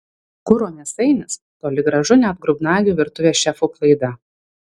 kuro mėsainis toli gražu ne atgrubnagių virtuvės šefų klaida